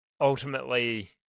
ultimately